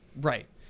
Right